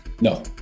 No